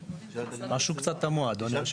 משהו קצת תמוה, אדוני.